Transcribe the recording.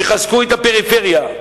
שיחזקו את הפריפריה.